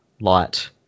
light